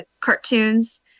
cartoons